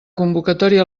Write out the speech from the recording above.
convocatòria